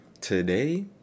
today